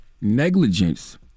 Negligence